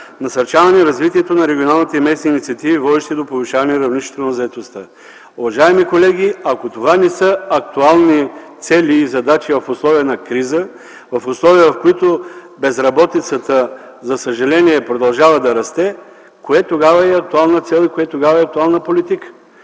„насърчаване развитието на регионалните и местни инициативи, водещи до повишаване равнището на заетостта”. Уважаеми колеги, ако това не са актуални цели и задачи в условия на криза, в условия, в които безработицата, за съжаление, продължава да расте, кое тогава е актуална цел и актуална политика?